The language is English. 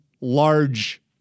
large